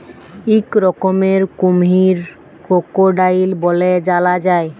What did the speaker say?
ইক রকমের কুমহির করকোডাইল ব্যলে জালা যায়